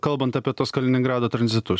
kalbant apie tuos kaliningrado tranzitus